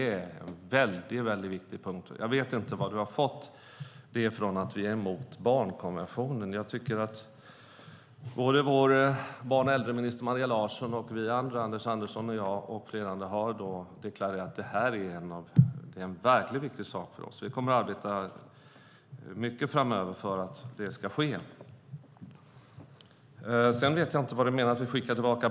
Jag vet inte varifrån du fått att vi skulle vara emot barnkonventionen, för såväl vår barn och äldreminister Maria Larsson som Anders Andersson och jag med flera har deklarerat att det är en verkligt viktig sak för oss. Vi kommer att arbeta mycket framöver för att det ska ske.